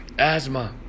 asthma